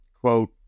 quote